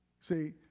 see